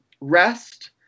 rest